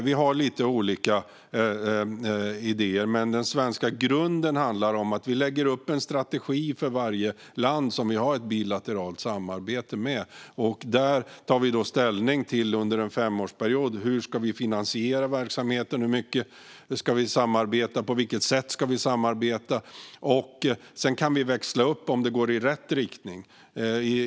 Vi har lite olika idéer, men den svenska grunden handlar om att vi lägger upp en strategi för varje land som vi har ett bilateralt samarbete med. Där tar vi under en femårsperiod ställning till hur vi ska finansiera verksamheten. Hur mycket ska vi samarbeta, och på vilket sätt ska vi samarbeta? Sedan kan vi växla upp om det går i rätt riktning.